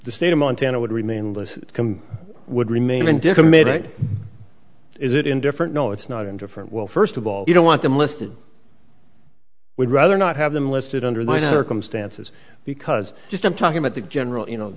the state of montana would remain english would remain dicom it is it indifferent no it's not indifferent well first of all you don't want them listed i would rather not have them listed under the circumstances because just i'm talking about the general you know